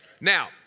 Now